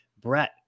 Brett